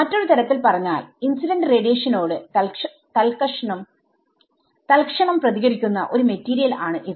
മറ്റൊരു തരത്തിൽ പറഞ്ഞാൽ ഇൻസിഡന്റ് റേഡിയേഷനോട് തൽക്ഷണം പ്രതികരിക്കുന്ന ഒരു മെറ്റീരിയൽആണ് ഇത്